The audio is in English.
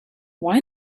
why